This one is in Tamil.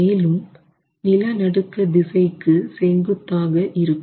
மேலும் நிலநடுக்க திசைக்கு செங்குத்தாக இருக்கும்